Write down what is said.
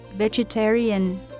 vegetarian